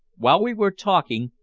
while we were talking,